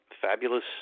fabulous